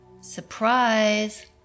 Surprise